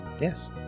yes